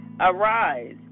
Arise